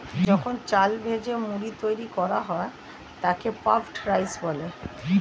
যখন চাল ভেজে মুড়ি তৈরি করা হয় তাকে পাফড রাইস বলে